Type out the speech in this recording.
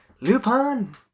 Lupin